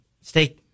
stay